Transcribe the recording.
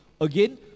Again